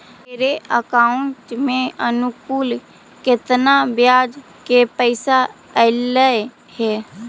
मेरे अकाउंट में अनुकुल केतना बियाज के पैसा अलैयहे?